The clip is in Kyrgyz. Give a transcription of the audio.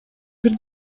бир